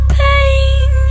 pain